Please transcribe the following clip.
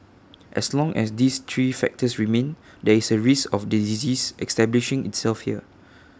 as long as these three factors remain there is A risk of the disease establishing itself here